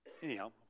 Anyhow